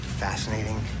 fascinating